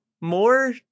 more